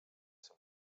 ser